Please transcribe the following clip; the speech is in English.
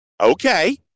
Okay